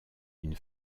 une